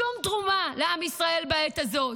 שום תרומה לעם ישראל בעת הזו.